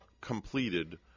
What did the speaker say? completed